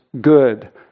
good